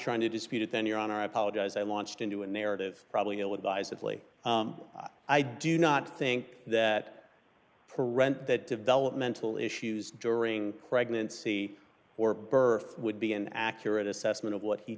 trying to dispute it then your honor i apologize i launched into a narrative probably ill advisedly i do not think that for rent that developmental issues during pregnancy or birth would be an accurate assessment of what he